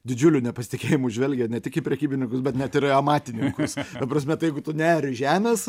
didžiuliu nepasitikėjimu žvelgia ne tik į prekybininkus bet net ir į amatininkus ta prasme tai jeigu tu neari žemės